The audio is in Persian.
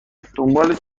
دنبال